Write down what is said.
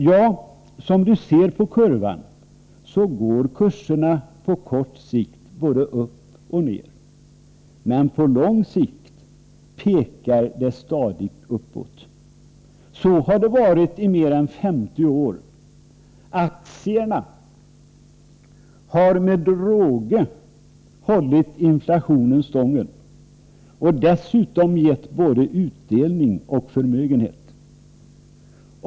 Ja, som du ser på kurvan, så går kurserna på kort sikt både upp och ner. Men på lång sikt pekar det stadigt uppåt. Så har det varit i mer än femtio år. Aktierna har med råge hållit inflationen stången och dessutom gett både utdelning och förmögenhet.